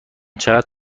چقدر